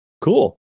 cool